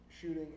shooting